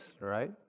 right